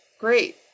great